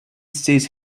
sees